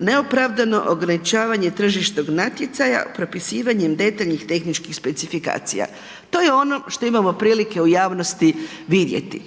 neopravdano ograničavanje tržišnog natjecanja propisivanjem detaljnih tehničkih specifikacija. To je ono što imamo prilike u javnosti vidjeti.